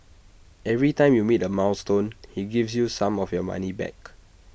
every time you meet A milestone he gives you some of your money back